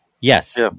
Yes